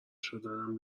شدنم